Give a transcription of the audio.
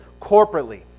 Corporately